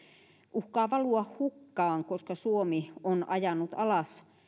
uhkaa valua hukkaan koska suomi on ajanut alas